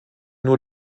nur